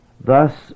Thus